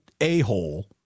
a-hole